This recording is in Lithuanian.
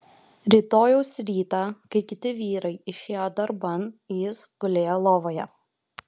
rytojaus rytą kai kiti vyrai išėjo darban jis gulėjo lovoje